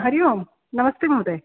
हरिः ओं नमस्ते महोदय